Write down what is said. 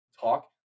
talk